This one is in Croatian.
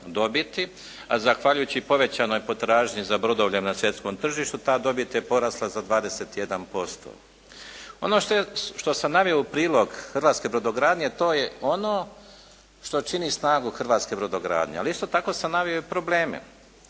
a zahvaljujući povećanoj potražnji za brodovljem na svjetskom tržištu, ta dobit je porasla za 21%. Ono što sam naveo u prilog hrvatske brodogradnje, to je ono što čini snagu hrvatske brodogradnje. Ali isto tako sam naveo i probleme